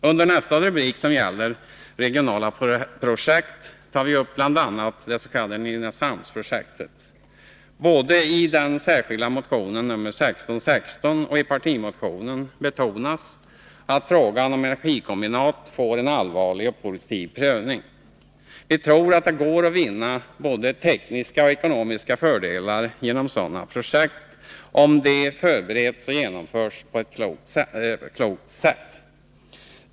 Under nästa rubrik, som gäller Regionala projekt, tar vi upp bl.a. dets.k. Energipolitiken Nynäshamnsprojektet. Både i den särskilda motionen nr 1616 och i partimotionen betonas att frågan om energikombinat får en allvarlig och positiv prövning. Vi tror att det går att vinna både tekniska och ekonomiska fördelar genom sådana projekt, om de förbereds och genomförs på ett klokt sätt.